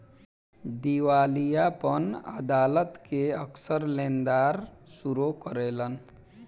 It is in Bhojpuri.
दिवालियापन अदालत के अक्सर लेनदार शुरू करेलन